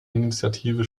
initiative